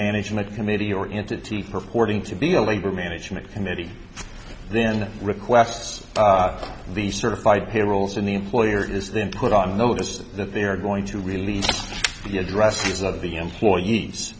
management committee or into teeth purporting to be a labor management committee then requests these certified payrolls and the employer is then put on notice that they're going to release the addresses of the employees